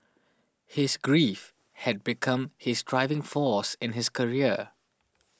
his grief had become his driving force in his career